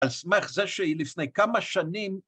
‫על סמך זה שלפני כמה שנים...